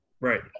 right